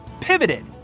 pivoted